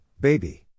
baby